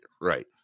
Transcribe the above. right